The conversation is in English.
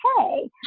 okay